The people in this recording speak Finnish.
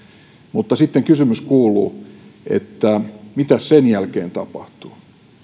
mutta sitten kysymys kuuluu mitäs sen jälkeen tapahtuu